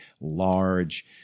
large